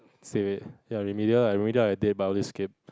say ya in the middle I really I die but I was scared